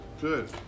Good